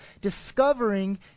discovering